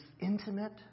intimate